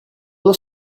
allo